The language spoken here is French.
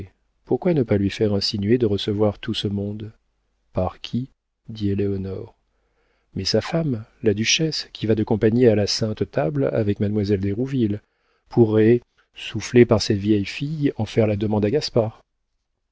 pourquoi ne pas lui faire insinuer de recevoir tout ce monde par qui dit éléonore mais sa femme la duchesse qui va de compagnie à la sainte table avec mademoiselle d'hérouville pourrait soufflée par cette vieille fille en faire la demande à gaspard